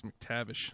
McTavish